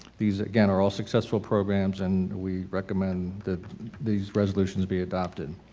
these again are all successful programs and we recommend that these resolutions be adopted.